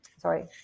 sorry